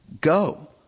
Go